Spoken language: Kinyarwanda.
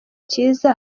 cyiza